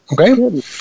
Okay